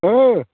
औ